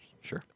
Sure